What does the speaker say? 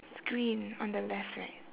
it's green on the left right